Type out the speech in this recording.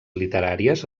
literàries